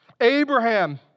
Abraham